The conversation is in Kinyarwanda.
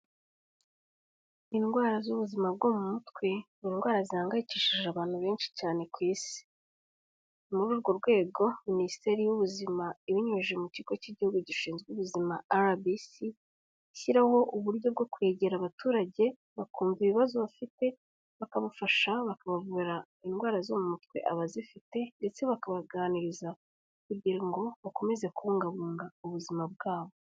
Indwara z'ubuzima bwo mu mutwe ni indwara zihangayikishije abantu benshi cyane ku Isi, ni muri urwo rwego Minisiteri y'Ubuzima ibinyujije mu kigo k'Igihugu gishinzwe ubuzima RBC, ishyiraho uburyo bwo kwegera abaturage bakumva ibibazo bafite, bakabafasha, bakabavura indwara zo mu mutwe abazifite ndetse bakabaganiriza kugira ngo bakomeze kubungabunga ubuzima bwabo.